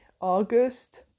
august